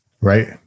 right